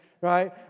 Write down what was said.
right